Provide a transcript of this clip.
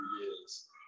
years